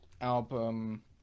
album